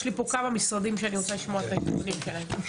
יש לי פה כמה משרדים שאני רוצה לשמוע את העדכונים שלהם.